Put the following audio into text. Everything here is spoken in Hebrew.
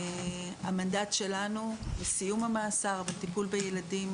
המנדט שלנו בסיום המאסר בטיפול בילדים,